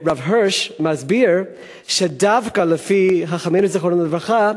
הרב הירש מסביר שדווקא לפי חכמינו זיכרונם לברכה